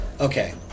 Okay